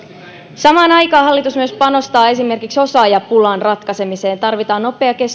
samaan aikaan hallitus myös panostaa esimerkiksi osaajapulan ratkaisemiseen tarvitaan nopeaa